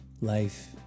Life